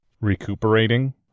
Recuperating